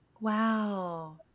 Wow